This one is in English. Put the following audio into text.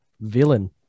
villain